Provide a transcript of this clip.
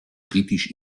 britisch